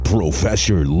Professor